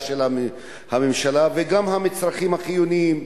של הממשלה וגם בעניין המצרכים החיוניים.